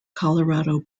colorado